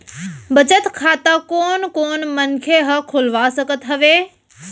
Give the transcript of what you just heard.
बचत खाता कोन कोन मनखे ह खोलवा सकत हवे?